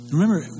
Remember